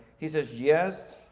he says, yes,